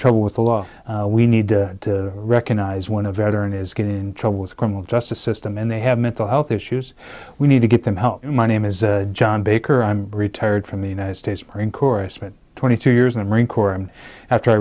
trouble with the law we need to recognize when a veteran is getting in trouble with the criminal justice system and they have mental health issues we need to get them help my name is john baker i'm retired from the united states marine corps i spent twenty two years in the marine corps and after i